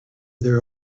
their